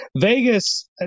Vegas